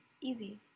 Easy